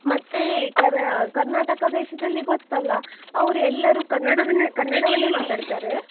ಮತ್ತು ಕರ್ ಕರ್ನಾಟಕ ದೇಶದಲ್ಲಿ ಗೊತ್ತಲ್ಲ ಅವರು ಎಲ್ಲರೂ ಕನ್ನಡದಲ್ಲೇ ಕನ್ನಡವನ್ನೇ ಮಾತಾಡ್ತಾರೆ